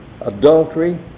adultery